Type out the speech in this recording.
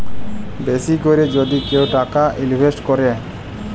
বেশি ক্যরে যদি কেউ টাকা ইলভেস্ট ক্যরে